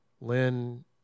Lynn